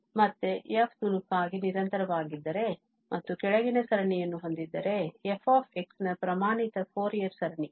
ಆದ್ದರಿಂದ ಮತ್ತೆ f ತುಣುಕಾಗಿ ನಿರಂತರವಾಗಿದ್ದರೆ ಮತ್ತು ಕೆಳಗಿನ ಸರಣಿಯನ್ನು ಹೊಂದಿದ್ದರೆ f ನ ಪ್ರಮಾಣಿತ ಫೋರಿಯರ್ ಸರಣಿ